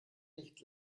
nicht